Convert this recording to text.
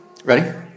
Ready